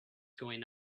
going